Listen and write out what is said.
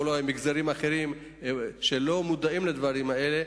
או מגזרים אחרים שלא מודעים לדברים האלה,